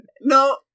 No